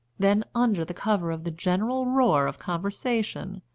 then, under the cover of the general roar of conversation,